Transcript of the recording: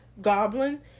Goblin